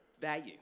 value